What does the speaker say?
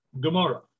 Gemara